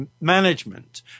management